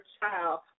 child